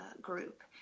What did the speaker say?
group